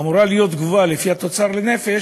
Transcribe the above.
אמורה להיות גבוהה לפי התוצר לנפש,